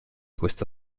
questa